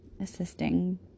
assisting